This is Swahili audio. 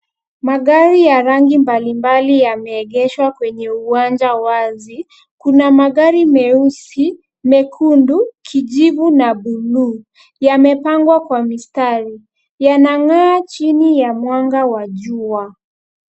Magari ya rangi mbalimbali yameegeshwa kwenye uwanja wazi. Kuna magari meusi, mekundu, kijivu na buluu . Yamepangwa kwa mistari. Yanang'aa chini ya mwanga wa jua.